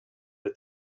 тез